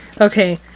Okay